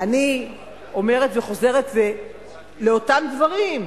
אני אומרת וחוזרת לאותם דברים,